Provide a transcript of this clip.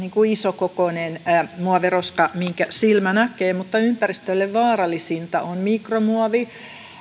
isokokoinen muoviroska minkä silmä näkee mutta ympäristölle vaarallisinta on mikromuovi